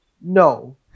no